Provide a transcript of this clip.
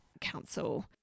Council